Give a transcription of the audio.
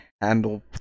handle